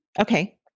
Okay